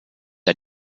der